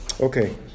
Okay